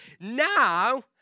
now